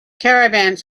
caravans